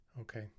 okay